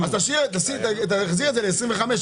אז תחזיר את זה ל-25 אחוזים.